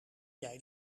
jij